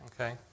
Okay